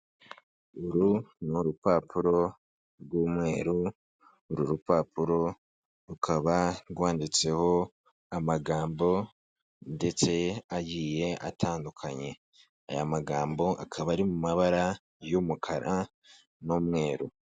Uru ni urupapuro rw'umweru, uru rupapuro rukaba rwanditseho amagambo ndetse agiye atandukanye aya magambo akaba ari mu mabara y'umukara n'umweru.